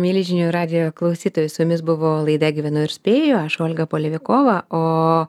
mieli žinių radijo klausytojai su jumis buvo laida gyvenu ir spėju aš olga polevikova o